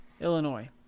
Illinois